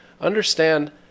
Understand